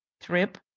trip